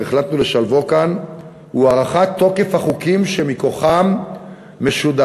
החלטנו לשלבו כאן הוא הארכת תוקף החוקים שמכוחם משודרות